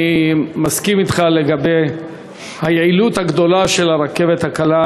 אני מסכים אתך לגבי היעילות הרבה של הרכבת הקלה,